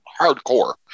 hardcore